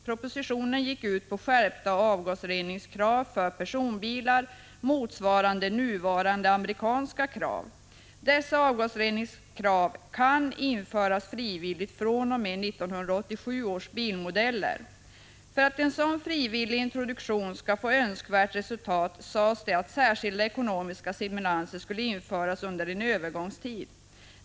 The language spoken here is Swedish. Propositionen gick ut på skärpta avgasreningskrav för personbilar motsvarande nuvarande amerikanska krav. Dessa avgasreningskrav kan införas frivilligt fr.o.m. 1987 års bilmodeller. För att en sådan frivillig introduktion skall få önskvärt resultat sades det att särskilda ekonomiska stimulanser skulle införas under en övergångstid.